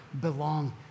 belong